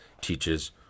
teaches